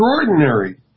extraordinary